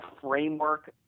framework